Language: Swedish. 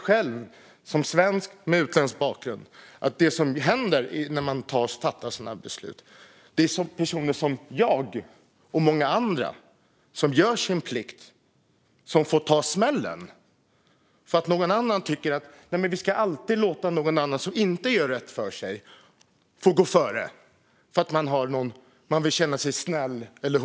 Som svensk med utländsk bakgrund ser jag själv att det som händer när man fattar sådana här beslut är att personer som jag, och många andra som gör sin plikt, får ta smällen när någon som vill känna sig snäll eller humanistisk tycker att vi ska låta någon som inte gör rätt för sig få gå före.